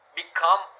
become